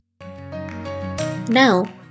Now